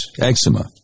eczema